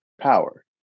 power